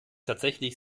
tatsächlich